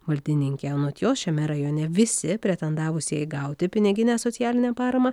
valdininkė anot jos šiame rajone visi pretendavusieji gauti piniginę socialinę paramą